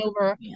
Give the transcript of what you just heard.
over